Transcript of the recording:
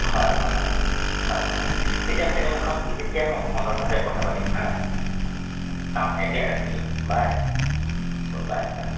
হয় হয় হয় হয় তেতিয়াহ'লে এই মুখামুখি যেতিয়া হওঁ সন্মুখতে কথা পাতিম হা অ এতিয়া ৰাখিছোঁ বাই বাই বাই